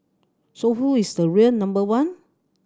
so who is the real number one